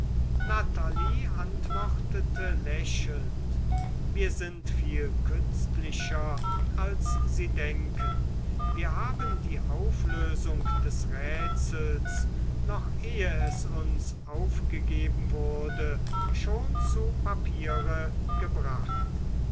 natalie antwortete lächelnd wir sind viel künstlicher als sie denken wir haben die auflösung des rätsels noch ehe es uns aufgegeben wurde schon zu papier gebracht